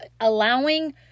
Allowing